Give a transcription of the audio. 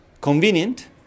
convenient